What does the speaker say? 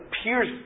appears